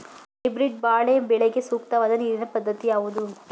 Hybrid ಬಾಳೆ ಬೆಳೆಗೆ ಸೂಕ್ತವಾದ ನೀರಿನ ಪದ್ಧತಿ ಯಾವುದು?